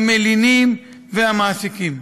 המלינים והמעסיקים.